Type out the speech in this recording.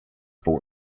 for